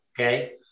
Okay